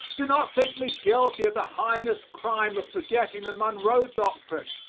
do not think me guilty of the heinous crime of forgetting the monroe doctrine.